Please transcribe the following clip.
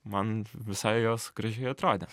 man visai jos gražiai atrodė